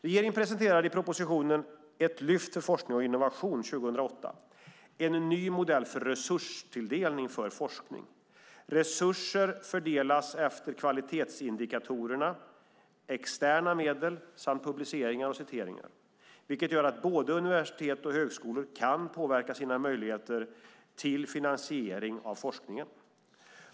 Regeringen presenterade i propositionen Ett lyft för forskning och innovation en ny modell för resurstilldelning för forskning. Resurser fördelas efter kvalitetsindikatorerna externa medel samt publiceringar och citeringar, vilket gör att både universitet och högskolor kan påverka sina möjligheter till finansiering av forskningen.